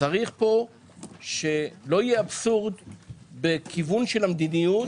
צריך פה שלא יהיה אבסורד בכיוון של המדיניות,